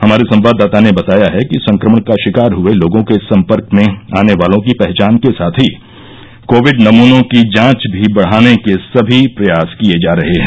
हमारे संवाददाता ने बताया है कि संक्रमण का शिकार हए लोगों के संपर्क में आने वालों की पहचान के साथ ही कोविड नमूनों की जांच भी बढ़ाने के सभी प्रयास किए जा रहे हैं